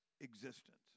existence